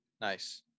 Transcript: Nice